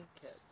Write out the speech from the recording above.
kids